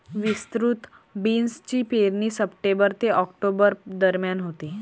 विस्तृत बीन्सची पेरणी सप्टेंबर ते ऑक्टोबर दरम्यान होते